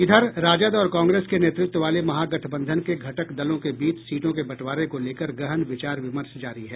इधर राजद और कांग्रेस के नेतृत्व वाले महागठबंधन के घटक दलों के बीच सीटों के बंटवारे को लेकर गहन विचार विमर्श जारी है